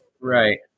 Right